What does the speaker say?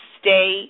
Stay